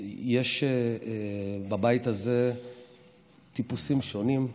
יש בבית הזה טיפוסים שונים.